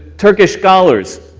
turkish scholars,